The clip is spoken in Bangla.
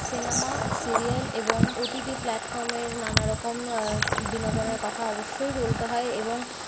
সিনেমা সিরিয়াল এবং ওটিটি প্ল্যাটফর্মের নানারকম বিনোদনের কথা অবশ্যই বলতে হয় এবং